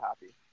happy